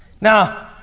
Now